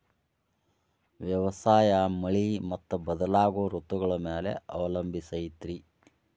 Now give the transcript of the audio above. ವ್ಯವಸಾಯ ಮಳಿ ಮತ್ತು ಬದಲಾಗೋ ಋತುಗಳ ಮ್ಯಾಲೆ ಅವಲಂಬಿಸೈತ್ರಿ